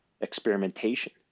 experimentation